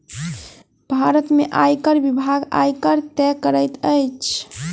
भारत में आयकर विभाग, आयकर तय करैत अछि